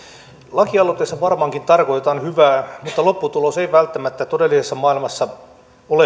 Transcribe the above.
lakialoitteessa varmaankin tarkoitetaan hyvää mutta lopputulos ei välttämättä todellisessa maailmassa